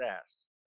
asked